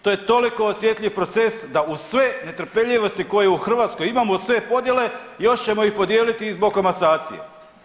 To je toliko osjetljiv proces da uz sve netrepeljivosti koje u Hrvatskoj imamo, sve podjele još ćemo ih podijeliti zbog komasacije.